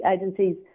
agencies